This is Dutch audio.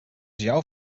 jouw